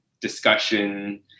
Discussion